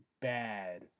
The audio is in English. bad